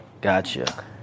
Gotcha